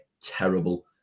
terrible